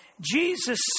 Jesus